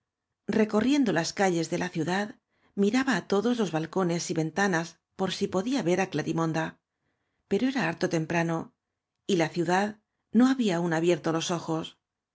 recorriendo las calles de la ciudad miraba á todos los balcones y venta nas por si podía ver á clarimonda pero era harto temprano y la ciudad no había aún abier to los ojos